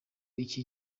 iki